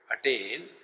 attain